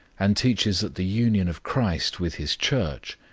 and teaches that the union of christ with his church,